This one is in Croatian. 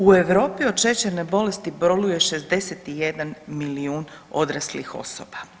U Europi od šećerne bolesti boluje 61 milijun odraslih osoba.